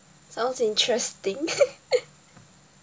sounds interesting